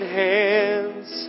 hands